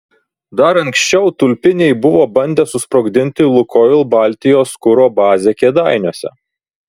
dar anksčiau tulpiniai buvo bandę susprogdinti lukoil baltijos kuro bazę kėdainiuose